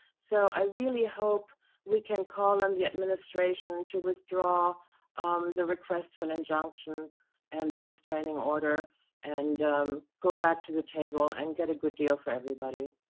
so i really hope we can call on the administration to withdraw the request for an injunction and retraining order and go back to the table and get a good deal for everybody.